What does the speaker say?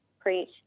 preach